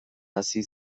hasi